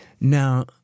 Now